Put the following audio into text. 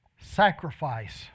sacrifice